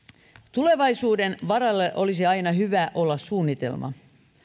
tulevaisuuden varalle olisi aina hyvä olla suunnitelma